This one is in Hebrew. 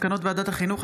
מסקנות ועדת החינוך,